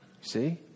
See